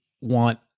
want